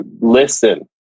Listen